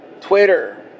Twitter